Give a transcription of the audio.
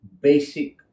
basic